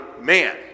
man